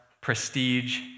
prestige